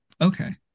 okay